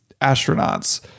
astronauts